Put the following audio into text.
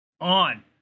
on